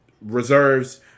reserves